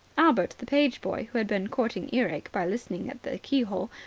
albert, the page boy, who had been courting earache by listening at the keyhole,